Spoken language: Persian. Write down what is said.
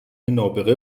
نابغه